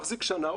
מחזיק שנה,